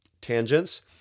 tangents